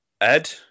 Ed